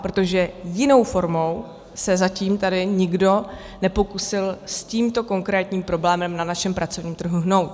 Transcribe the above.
Protože jinou formou se zatím tady nikdo nepokusil s tímto konkrétním problémem na našem pracovním trhu hnout.